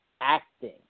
acting